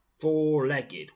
four-legged